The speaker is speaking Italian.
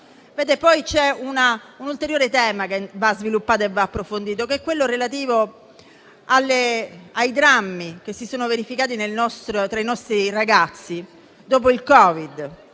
C'è un ulteriore tema che va sviluppato e approfondito, ed è quello relativo ai drammi che si sono verificati tra i nostri ragazzi dopo il Covid,